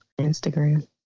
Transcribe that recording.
Instagram